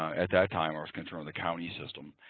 at that time i was controlling the county system.